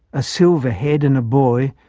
a silver-head and a boy,